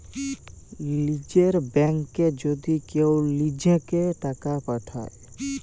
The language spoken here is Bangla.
লীযের ব্যাংকে যদি কেউ লিজেঁকে টাকা পাঠায়